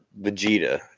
Vegeta